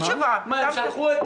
הם שלחו את